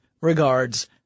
Regards